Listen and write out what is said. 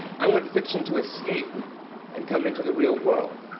i want fiction to escape and come into the real world.